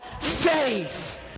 faith